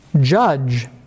judge